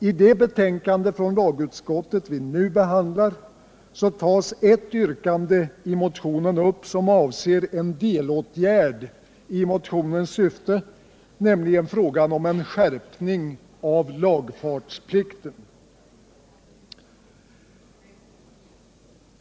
I det betänkande från lagutskottet vi nu behandlar tas ett yrkande i motionen upp som avser en delåtgärd i motionens syfte, nämligen frågan om en skärpning av lagfartsplikten.